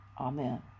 Amen